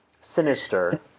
Sinister